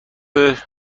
شور